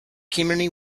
community